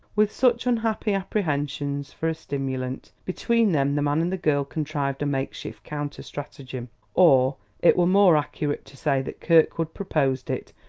with such unhappy apprehensions for a stimulant, between them the man and the girl contrived a make-shift counter-stratagem or it were more accurate to say that kirkwood proposed it,